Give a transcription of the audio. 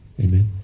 amen